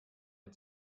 ihr